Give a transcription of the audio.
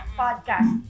podcast